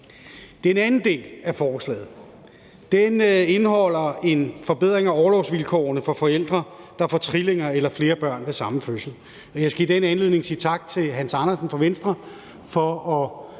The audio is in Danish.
Den anden del af forslaget indeholder en forbedring af orlovsvilkårene for forældre, der får trillinger eller flere børn ved samme fødsel. Jeg skal i den anledning sige tak til Hans Andersen fra Venstre for at